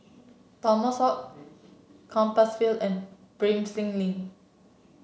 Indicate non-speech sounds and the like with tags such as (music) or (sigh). Thomas (unintelligible) Compassvale and Prinsep Link